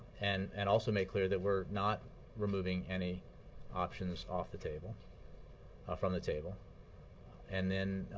and and also make clear that we're not removing any options off the table from the table and then